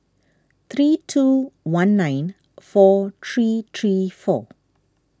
three two one nine four three three four